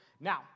Now